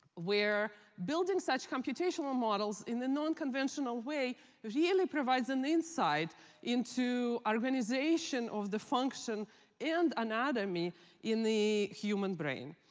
where building such computational and models in the non-conventional way really provides an insight into organization of the function and anatomy in the human brain.